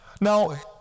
now